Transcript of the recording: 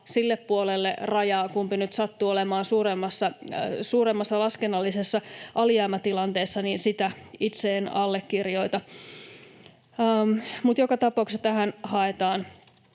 sille puolelle rajaa, kumpi nyt sattuu olemaan suuremmassa laskennallisessa alijäämätilanteessa, itse en allekirjoita. Mutta joka tapauksessa tähän haetaan